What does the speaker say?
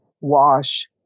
wash